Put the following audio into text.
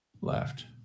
left